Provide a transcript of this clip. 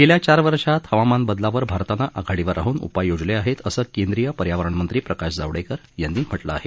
गेल्या चार वर्षांत हवामान बदलावर भारतानं आघाडीवर राहून उपाय योजले आहेत असं केंद्रीय पर्यावरण मंत्री प्रकाश जावडेकर यांनी म्हटलं आहे